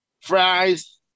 fries